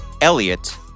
Elliot